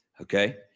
Okay